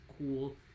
cool